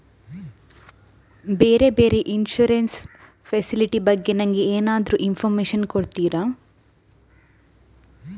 ಬೇರೆ ಬೇರೆ insurance facility ಬಗ್ಗೆ ನನಗೆ ಎಂತಾದ್ರೂ ಇನ್ಫೋರ್ಮೇಷನ್ ಕೊಡ್ತೀರಾ?